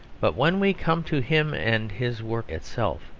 but when we come to him and his work itself,